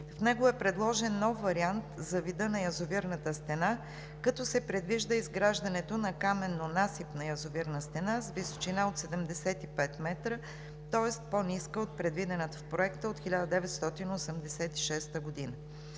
В него е предложен нов вариант за вида на язовирната стена, като се предвижда изграждането на каменно-насипна язовирна стена с височина от 75 м, тоест по-ниска от предвидената в проекта от 1986 г.